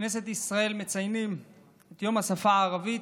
כנסת ישראל, אנחנו מציינים את יום השפה הערבית,